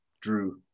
Drew